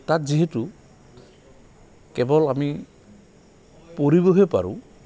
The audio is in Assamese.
তাত যিহেতু কেৱল আমি পঢ়িবহে পাৰোঁ